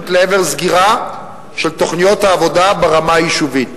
לעבר סגירה של תוכניות העבודה ברמה היישובית.